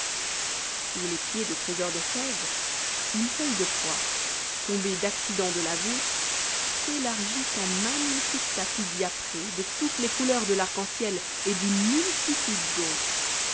sous les pieds de trésor des fèves une feuille de pois tombée d'accident de la voûte s'élargit en magnifique tapis diapré de toutes les couleurs de l'arc-en-ciel et d'une multitude d'autres